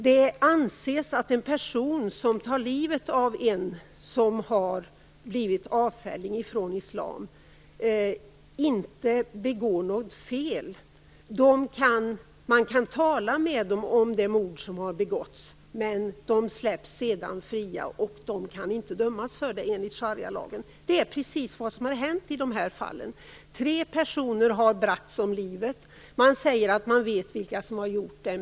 Det anses också att en person som tar livet av någon som är avfälling från islam inte begår något fel. Man kan tala med dem om det mord som har begåtts. Men de släpps sedan fria och kan inte dömas för mordet enligt sharialagen. Det är precis vad som har hänt i de här fallen. Tre personer har bragts om livet. Man säger att man vet vilka som har gjort det.